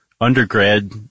undergrad